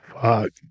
Fuck